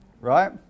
Right